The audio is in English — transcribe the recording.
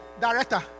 Director